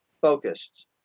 focused